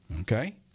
Okay